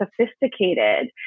sophisticated